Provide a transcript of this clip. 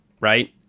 Right